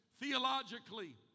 theologically